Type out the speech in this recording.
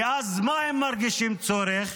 ואז הם מרגישים צורך?